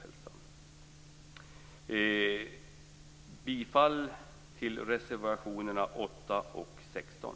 Jag yrkar bifall till reservationerna 8 och 16.